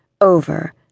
over